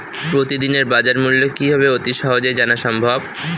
প্রতিদিনের বাজারমূল্য কিভাবে অতি সহজেই জানা সম্ভব?